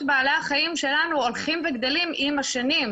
בעלי החיים שלנו הולכת וגדלה עם השנים,